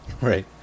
Right